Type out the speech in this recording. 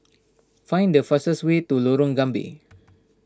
find the fastest way to Lorong Gambir